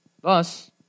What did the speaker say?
Thus